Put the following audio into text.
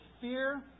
fear